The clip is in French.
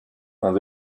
ont